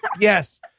yes